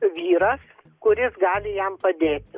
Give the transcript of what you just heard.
vyras kuris gali jam padėti